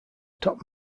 top